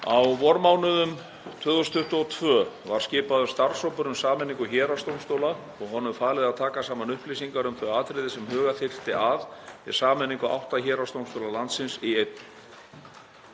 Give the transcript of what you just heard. Á vormánuðum 2022 var skipaður starfshópur um sameiningu héraðsdómstóla og honum falið að taka saman upplýsingar um þau atriði sem huga þyrfti að við sameiningu átta héraðsdómstóla landsins í einn.